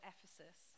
Ephesus